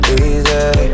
easy